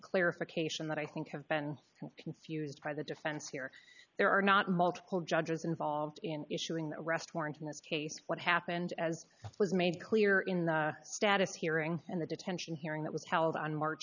clarification that i think have been confused by the defense here there are not multiple judges involved in issuing arrest warrant in this case what happened as it was made clear in the status hearing and the detention hearing that was held on march